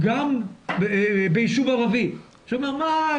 גם בישוב ערבי שאומר 'מה,